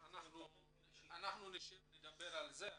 אנחנו נשב ונדבר על זה.